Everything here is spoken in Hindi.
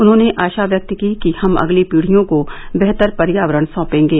उन्होंने आशा व्यक्त की कि हम अगली पीढियों को बेहतर पर्यावरण सौंपेंगे